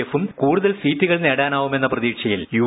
എഫും കൂടുതൽ സീറ്റുകൾ നേടാനാവുമെന്ന പ്രതീക്ഷയിൽ യു